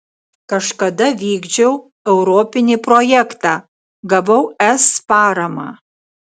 kažkada vykdžiau europinį projektą gavau es paramą